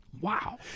Wow